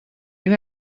you